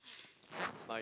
my